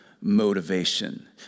motivation